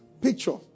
Picture